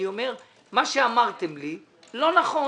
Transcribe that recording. אני אומר שמה שאמרתם לי לא נכון.